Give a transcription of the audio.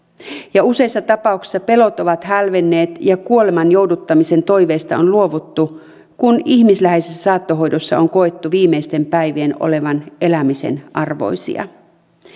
useissa tapauksissa pelot ovat hälvenneet ja kuoleman jouduttamisen toiveista on luovuttu kun ihmisläheisessä saattohoidossa on koettu viimeisten päivien olevan elämisen arvoisia